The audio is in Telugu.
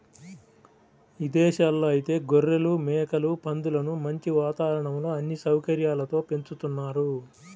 ఇదేశాల్లో ఐతే గొర్రెలు, మేకలు, పందులను మంచి వాతావరణంలో అన్ని సౌకర్యాలతో పెంచుతున్నారు